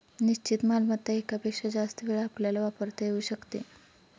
निश्चित मालमत्ता एकापेक्षा जास्त वेळा आपल्याला वापरता येऊ शकते